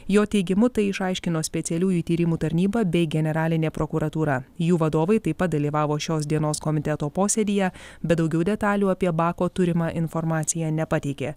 jo teigimu tai išaiškino specialiųjų tyrimų tarnyba bei generalinė prokuratūra jų vadovai taip pat dalyvavo šios dienos komiteto posėdyje bet daugiau detalių apie bako turimą informaciją nepateikė